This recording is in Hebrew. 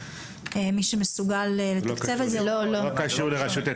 מי שמסוגל לתקצב את זה --- זה לא קשור לרשות איתנה.